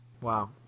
Wow